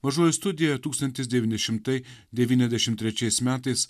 mažoje studijoje tūkstantis devyni šimtai devyniasdešim trečiais metais